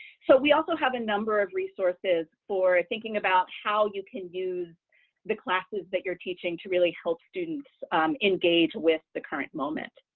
so we also have a number of resources for thinking about how you can use the classes that you're teaching to really help students engage with the current moment.